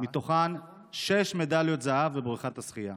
מתוכן שש מדליות זהב בבריכת השחייה.